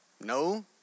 No